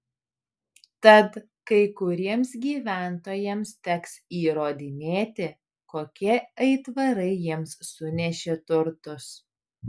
tad kai kuriems gyventojams teks įrodinėti kokie aitvarai jiems sunešė turtus